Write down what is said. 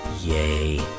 Yay